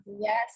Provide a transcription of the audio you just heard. Yes